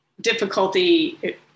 difficulty